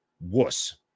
wuss